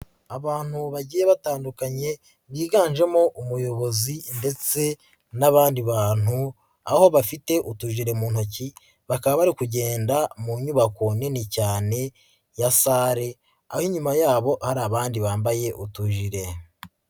Abantu bagiye batandukanye biganjemo umuyobozi ndetse n'abandi bantu aho bafite utujire mu ntoki bakaba bari kugenda mu nyubako nini cyane ya sale aho inyuma yabo ari abandi bambaye utujire.